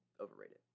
overrated